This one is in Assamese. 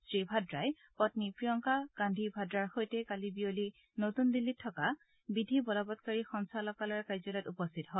শ্ৰী ভাদ্ৰাই পপ্নী প্ৰিয়ংকা গান্ধী ভাদ্ৰাৰ সৈতে কালি বিয়লি নতুন দিল্লীত থকা বিধিবলবৎকাৰী সঞ্চালকালয়ত উপস্থিত হয়